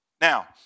Now